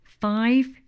Five